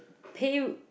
pay you